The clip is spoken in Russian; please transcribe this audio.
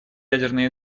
ядерной